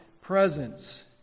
presence